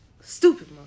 stupid